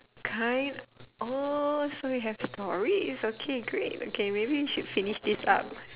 kai oh so you have stories okay great okay maybe we should finish this up